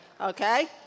okay